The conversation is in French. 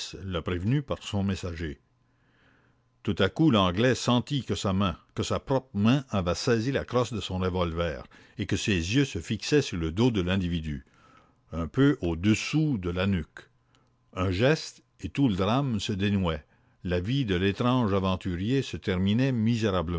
téléphoné tout à coup l'anglais sentit que sa main que sa propre main avait saisi la crosse de son revolver et que ses yeux se fixaient sur le dos de l'individu un peu au-dessous de la nuque un geste et tout le drame se dénouait la vie de l'étrange aventurier se terminait